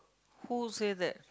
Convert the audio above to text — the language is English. who say that